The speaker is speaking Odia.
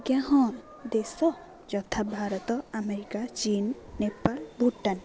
ଆଜ୍ଞା ହଁ ଦେଶ ଯଥା ଭାରତ ଆମେରିକା ଚୀନ ନେପାଳ ଭୁଟାନ